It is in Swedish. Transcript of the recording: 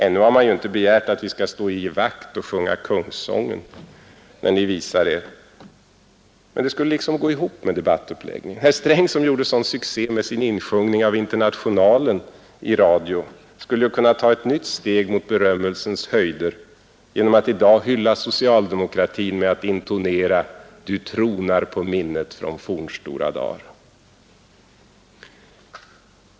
Ännu har man ju inte begärt att vi skall stå i givakt och sjunga kungasången, när ni visar er, men det skulle liksom gå ihop med debattuppläggningen. Herr Sträng som gjorde sån succé med sin radioinsjungning av Internationalen skulle ju kunna ta ett nytt steg mot berömmelsens höjder genom att i dag hylla socialdemokratin med att intonera ”Du tronar på minnen från fornstora dar”.